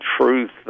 Truth